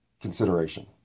consideration